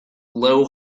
low